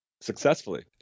successfully